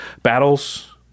Battles